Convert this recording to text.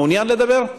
מעוניין לדבר?